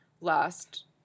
last